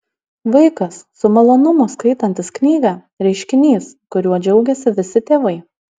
vaikas su malonumu skaitantis knygą reiškinys kuriuo džiaugiasi visi tėvai